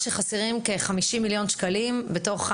שאלה.